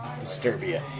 Disturbia